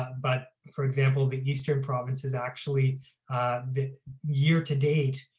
but for example, the eastern province is actually the year to date,